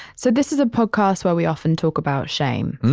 so this is a podcast where we often talk about shame.